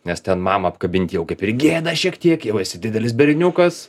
nes ten mamą apkabint jau kaip ir gėda šiek tiek jau esi didelis berniukas